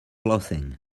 laughing